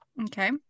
Okay